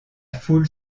foule